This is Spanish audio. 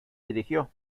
dirigió